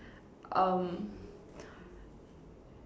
um